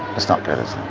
it's not good, is